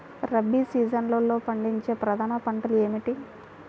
రబీ సీజన్లో పండించే ప్రధాన పంటలు ఏమిటీ?